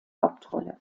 hauptrolle